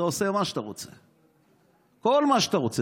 אתה עושה מה שאתה רוצה, כל מה שאתה רוצה.